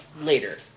later